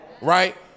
Right